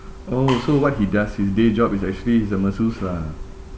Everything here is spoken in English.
oh so what he does his day job is actually he's a masseuse lah